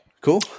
Cool